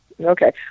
Okay